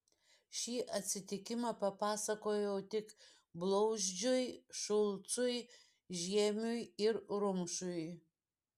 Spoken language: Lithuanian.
šį atsitikimą papasakojau tik blauzdžiui šulcui žiemiui ir rumšui